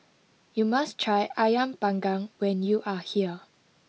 you must try Ayam Panggang when you are here